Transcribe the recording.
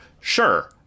sure